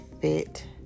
fit